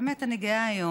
האמת, אני גאה היום.